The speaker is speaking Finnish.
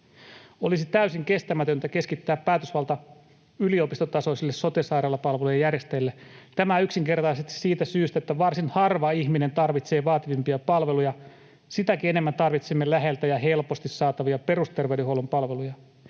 Olisi täysin kestämätöntä keskittää päätösvalta yliopistotasoisille sote-sairaalapalvelujen järjestäjille — tämä yksinkertaisesti siitä syystä, että varsin harva ihminen tarvitsee vaativimpia palveluja. Sitäkin enemmän tarvitsemme läheltä ja helposti saatavia perusterveydenhuollon palveluja.